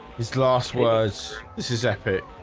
his loss was this is epic